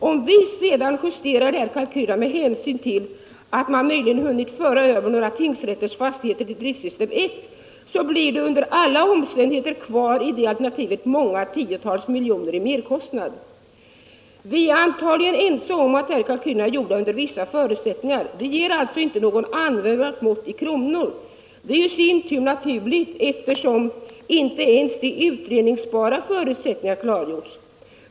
Om vi sedan justerar de här kalkylerna med hänsyn till att man möjligen hunnit föra över några tingsrätters fastigheter till driftsystem 1, så blir det under alla omständigheter i det alternativet kvar många tiotal miljoner i merkostnad. Vi är antagligen ense om att de här kalkylerna är gjorda under vissa förutsättningar. De ger alltså inte något allmängiltigt belopp i kronor. Detta är i sin tur naturligt, eftersom inte ens de utredningsbara förutsättningarna klargjorts.